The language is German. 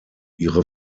ihre